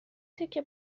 تکه